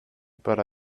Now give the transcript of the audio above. but